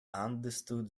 understood